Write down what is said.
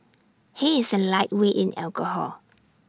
he is A lightweight in alcohol